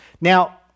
Now